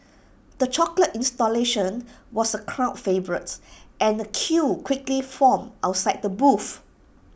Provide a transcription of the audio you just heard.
the chocolate installation was A crowd favourite and A queue quickly formed outside the booth